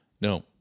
no